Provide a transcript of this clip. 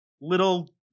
little